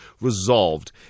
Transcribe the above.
resolved